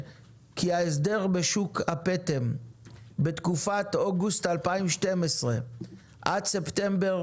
שעולות היא שההסדר בשוק הפטם מאוגוסט 2012 עד ספטמבר